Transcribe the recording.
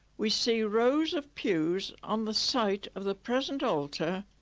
we see rows of pews on the site of the present altar.